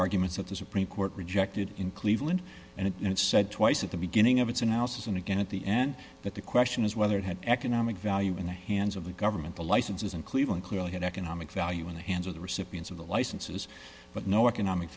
arguments that the supreme court rejected in cleveland and it said twice at the beginning of its analysis and again at the end that the question is whether it had economic value in the hands of the government the license is in cleveland clearly had economic value in the hands of the recipients of the licenses but no economic